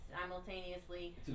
simultaneously